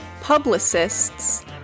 publicists